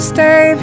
Stay